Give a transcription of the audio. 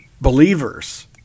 believers